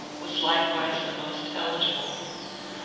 was likewise the most eligible.